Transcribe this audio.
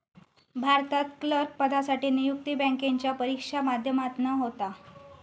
भारतात क्लर्क पदासाठी नियुक्ती बॅन्केच्या परिक्षेच्या माध्यमातना होता